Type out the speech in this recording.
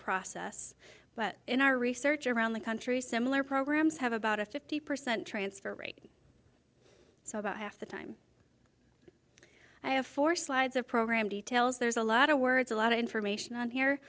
process but in our research around the country similar programs have about a fifty percent transfer rate so about half the time i have four slides of program details there's a lot of words a lot of information on here